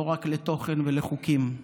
לא רק לתוכן ולחוקים.